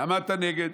למה אתה נגד?